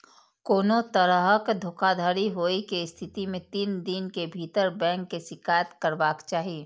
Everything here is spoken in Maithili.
कोनो तरहक धोखाधड़ी होइ के स्थिति मे तीन दिन के भीतर बैंक के शिकायत करबाक चाही